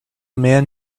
man